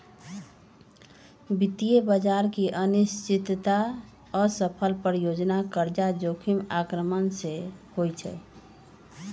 वित्तीय बजार की अनिश्चितता, असफल परियोजना, कर्जा जोखिम आक्रमण से होइ छइ